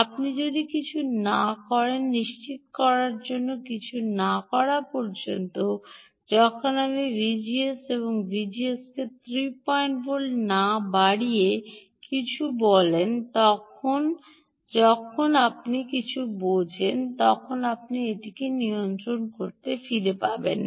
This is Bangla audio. আপনি যদি কিছু না করেন তা নিশ্চিত করার জন্য কিছু না করা পর্যন্ত যখন আপনি ভিজিএস ভিজিএসকে 35 ভোল্টে না বাড়িয়ে কিছু বলেন তখন যখন আপনি যখন কিছু বোঝেন তখন আপনি এটিকে নিয়ন্ত্রণে ফিরে পাবেন না